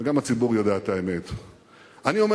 וגם הציבור יודע את האמת.